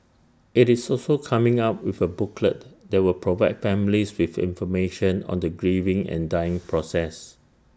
IT is also coming up with A booklet that will provide families with information on the grieving and dying process